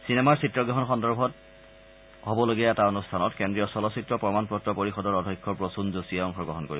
চিনেমাৰ চিত্ৰগ্ৰহণ সন্দৰ্ভত হ'বলগীয়া এটা অনুষ্ঠানত কেন্দ্ৰীয় চলচ্চিত্ৰ প্ৰমাণ পত্ৰ পৰিয়দৰ অধ্যক্ষ প্ৰসূন যোশীয়ে অংশগ্ৰহণ কৰিব